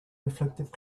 reflective